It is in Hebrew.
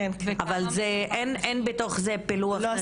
אבל אין בתוך זה פילוח של נשים וגברים.